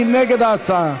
מי נגד ההצעה?